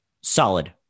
solid